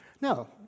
No